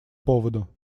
поводу